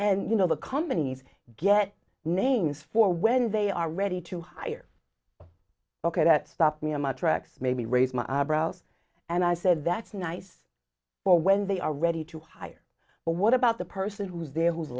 and you know the companies get names for when they are ready to hire ok that stopped me in my tracks maybe raise my eyebrows and i said that's nice for when they are ready to hire but what about the person who's there who